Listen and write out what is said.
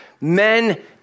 men